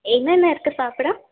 என்னென்ன இருக்கு சாப்பிட